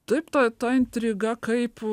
taip ta ta intriga kaip